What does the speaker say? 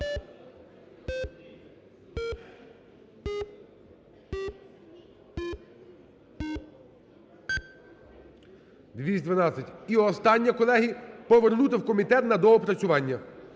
І останнє, колеги. Повернути в комітет на доопрацювання.